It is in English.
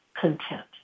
content